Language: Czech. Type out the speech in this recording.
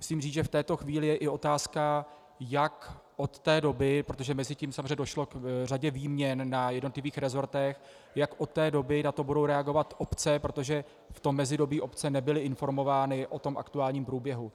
Musím říct, že v této chvíli je i otázka, jak od té doby, protože mezitím samozřejmě došlo k řadě výměn na jednotlivých resortech, jak od té doby na to budou reagovat obce, protože v tom mezidobí obce nebyly informovány o aktuálním průběhu.